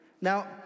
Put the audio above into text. Now